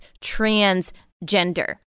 transgender